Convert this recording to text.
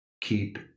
Keep